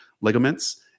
ligaments